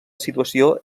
situació